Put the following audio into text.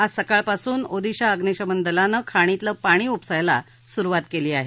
आज सकाळपासून ओदीशा अग्निशमन दलानं खाणीतलं पाणी उपसायला सुरुवात केली आहे